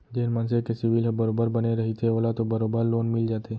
जेन मनसे के सिविल ह बरोबर बने रहिथे ओला तो बरोबर लोन मिल जाथे